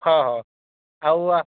ହଁ ହଁ ଆଉ